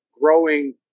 growing